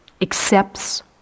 accepts